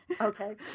Okay